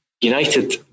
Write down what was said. United